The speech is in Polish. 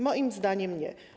Moim zdaniem nie.